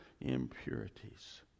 impurities